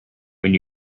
when